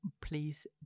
please